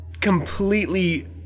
completely